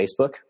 Facebook